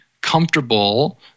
comfortable